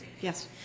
Yes